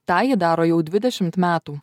tą ji daro jau dvidešimt metų